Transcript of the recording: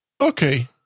okay